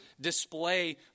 display